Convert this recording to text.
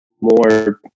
more